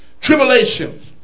tribulations